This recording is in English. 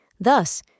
Thus